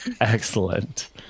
Excellent